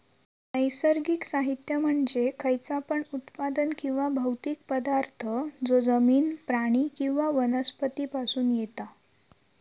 नैसर्गिक साहित्य म्हणजे खयचा पण उत्पादन किंवा भौतिक पदार्थ जो जमिन, प्राणी किंवा वनस्पती पासून येता